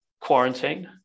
quarantine